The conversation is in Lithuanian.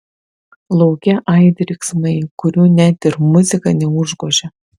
lauke aidi riksmai kurių net ir muzika neužgožia